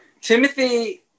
Timothy